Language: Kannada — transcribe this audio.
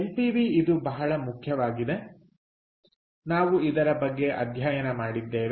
ಎನ್ಪಿವಿ ಇದು ಮುಖ್ಯವಾಗಿದೆ ನಾವು ಇದರ ಬಗ್ಗೆ ಅಧ್ಯಯನ ಮಾಡಿದ್ದೇವೆ